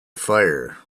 fire